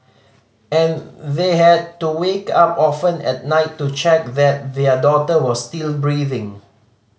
and they had to wake up often at night to check that their daughter was still breathing